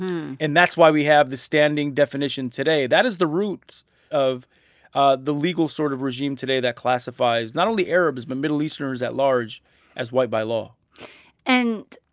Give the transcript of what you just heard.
and that's why we have the standing definition today. that is the roots of ah the legal sort of regime today that classifies not only arabs, but middle easterners at large as white by law and,